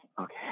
Okay